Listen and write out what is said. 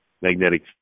magnetic